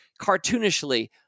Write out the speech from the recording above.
cartoonishly